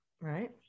right